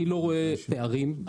אני לא רואה פערים.